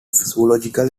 zoological